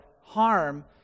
harm